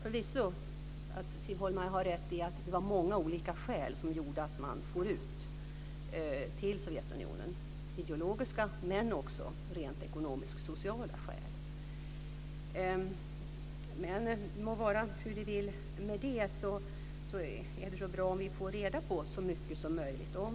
Siv Holma har förvisso rätt i att det var många olika skäl som gjorde att man for till Sovjetunionen - idelogiska men också rent ekonomiska och sociala skäl. Det må vara hur det vill med det. Det är ändå bra om vi får reda på så mycket som möjligt.